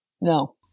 No